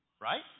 Right